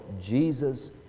Jesus